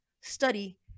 study